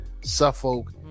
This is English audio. suffolk